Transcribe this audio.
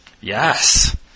Yes